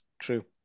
true